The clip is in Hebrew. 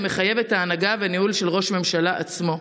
המחייב את ההנהגה והניהול של ראש הממשלה עצמו.